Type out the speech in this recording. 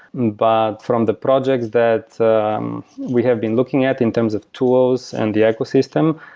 but from the projects that um we have been looking at in terms of tools and the ecosystem,